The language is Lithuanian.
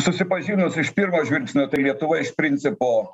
susipažinus iš pirmo žvilgsnio tai lietuva iš principo